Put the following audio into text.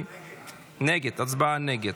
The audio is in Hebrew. הצביע נגד.